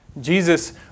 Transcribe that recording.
Jesus